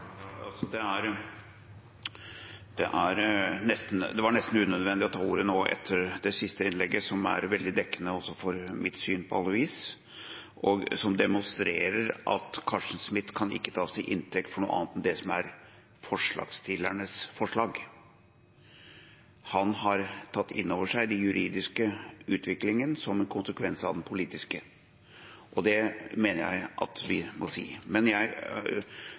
Det var nesten unødvendig å ta ordet nå etter det siste innlegget, som på alle vis var veldig dekkende også for mitt syn, og som demonstrerer at Carsten Smith ikke kan tas til inntekt for noe annet enn det som er forslagsstillernes forslag. Han har tatt inn over seg den juridiske utviklingen som en konsekvens av den politiske, og det mener jeg at vi må si. Men